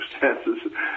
circumstances